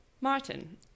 Martin